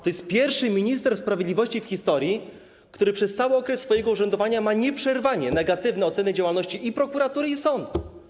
To jest pierwszy minister sprawiedliwości w historii, który przez cały okres swojego urzędowania ma nieprzerwanie negatywne oceny działalności i prokuratury, i sądów.